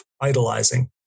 idolizing